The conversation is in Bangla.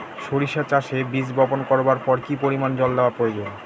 সরিষা চাষে বীজ বপন করবার পর কি পরিমাণ জল দেওয়া প্রয়োজন?